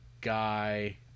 guy